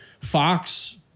Fox